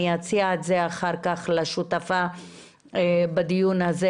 אני אציע את זה אחר כך לשותפה בדיון הזה,